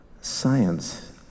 Science